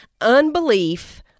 unbelief